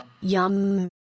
Yum